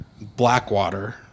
Blackwater